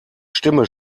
stimme